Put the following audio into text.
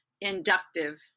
inductive